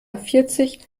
vierzig